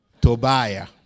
Tobiah